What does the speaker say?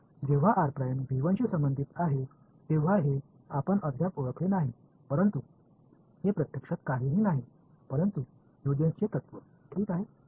तर जेव्हा r' शी संबंधित आहे तेव्हा ते आपण अद्याप ओळखले नाही परंतु हे प्रत्यक्षात काहीही नाही परंतु हूजेन्सचे तत्व ठीक आहे